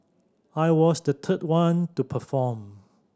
I was the third one to perform